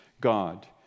God